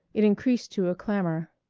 it increased to a clamor.